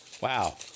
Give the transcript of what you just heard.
Wow